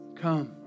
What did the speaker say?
Come